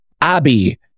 Abby